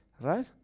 right